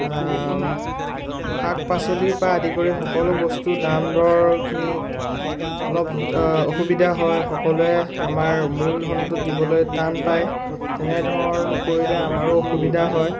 শাক পাচলি পা আদি কৰি সকলো বস্তুৰ দাম দৰখিনিত অলপ অসুবিধা হয় সকলোৱে আমাৰ মূলধনটো দিবলৈ টান পায় তেনেধৰণ কৰিলে আমাৰো অসুবিধা হয়